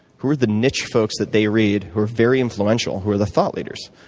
who are the niche folks that they read who are very influential, who are the thought leaders?